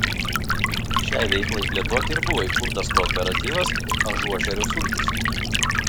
šiai veiklai plėtoti ir buvo įkurtas kooperatyvas ažuožerių sultys